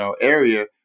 area